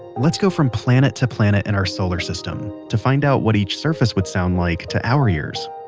let's go from planet to planet in our solar system to find out what each surface would sound like. to our ears.